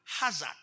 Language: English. hazard